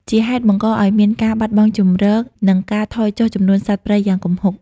ជាហេតុបង្កឱ្យមានការបាត់បង់ជម្រក និងការថយចុះចំនួនសត្វព្រៃយ៉ាងគំហុក។